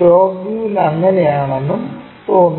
top വ്യൂവിൽ അങ്ങനെയാണെന്നും തോന്നുന്നു